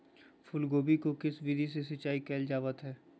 फूलगोभी को किस विधि से सिंचाई कईल जावत हैं?